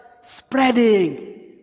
spreading